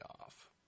off